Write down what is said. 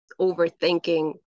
overthinking